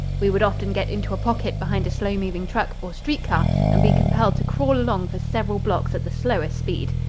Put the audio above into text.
we would often get into a pocket behind a slow-moving truck or street car and be compelled to crawl along for several blocks at the slowest speed.